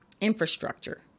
infrastructure